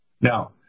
Now